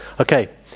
Okay